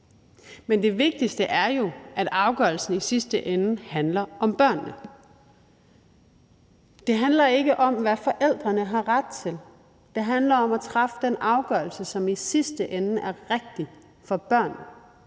Men det vigtigste er jo, at afgørelsen i sidste ende handler om børnene. Det handler ikke om, hvad forældrene har ret til. Det handler om at træffe den afgørelse, som i sidste ende er rigtig for børnene.